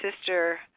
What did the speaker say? sister